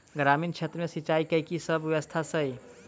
ग्रामीण क्षेत्र मे सिंचाई केँ की सब व्यवस्था छै?